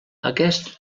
aquest